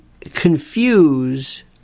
confuse